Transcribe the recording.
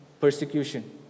persecution